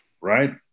right